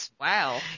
Wow